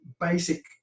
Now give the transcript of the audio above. basic